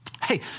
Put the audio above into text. Hey